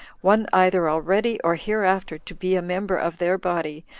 one either already or hereafter to be a member of their body,